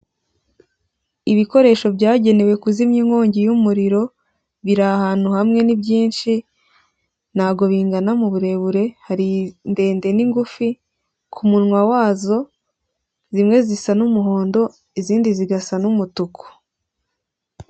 Ibikoresho byagenewe kuzimya inkongi y'umuriro, biri ahantu hamwe ni byinshi ntago bingana mu burebure hari ndende n'gufi kumunwa wazo zimwe zisa n'umuhondo izindi zigasa n'umutuku.